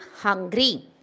hungry